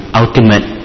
ultimate